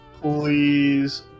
Please